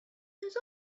knows